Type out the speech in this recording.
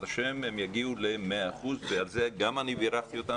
השם הם יגיעו ל-100 אחוזים - ועל כך גם אני בירכתי אותם